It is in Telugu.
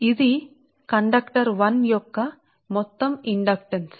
కాబట్టి ఇది కండక్టర్ 1 యొక్క మొత్తం ఇండక్టెన్స్